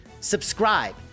subscribe